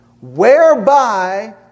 Whereby